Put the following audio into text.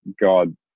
God